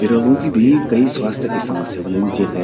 बिरलूं की भी कई स्वास्थ्य की समस्याएं व्हंदिन, जेते